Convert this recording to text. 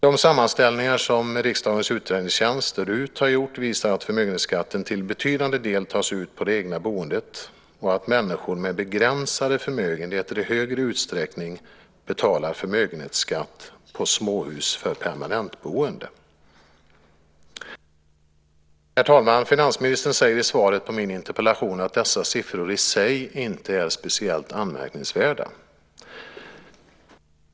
De sammanställningar som riksdagens utredningstjänst, RUT, har gjort visar att förmögenhetsskatten till betydande del tas ut på det egna boendet och att människor med begränsade förmögenheter i större utsträckning betalar förmögenhetsskatt på småhus för permanentboende. Herr talman! Finansministern säger i svaret på min interpellation att dessa siffror i sig inte är speciellt anmärkningsvärda.